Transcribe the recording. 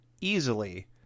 easily